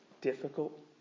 difficult